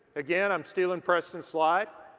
again, i'm stealing preston's slide.